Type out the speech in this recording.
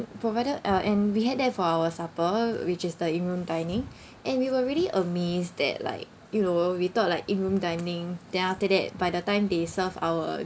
provided uh and we had that for our supper which is the in room dining and we were really amazed that like you know we thought like in room dining then after that by the time they serve our